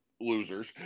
losers